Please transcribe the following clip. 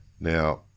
Now